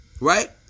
Right